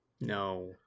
No